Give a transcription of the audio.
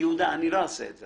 לא אצביע על זה.